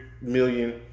million